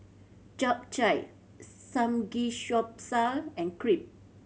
Japchae Samgyeopsal and Crepe